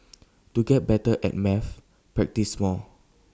to get better at maths practise more